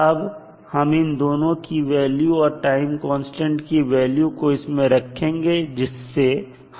तो अब हम इन दोनों की वैल्यू और टाइम कांस्टेंट की वैल्यू को इसमें रखेंगे जिससे हमें v मिल जाएगा